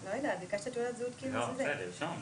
על מחיר אי העשייה שהוא אנרכיה ותוצאה יותר גרועה,